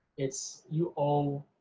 it's you own